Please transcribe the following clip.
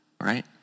right